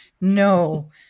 No